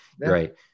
Right